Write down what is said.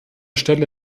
stelle